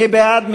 מי בעד?